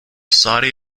saudi